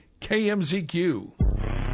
KMZQ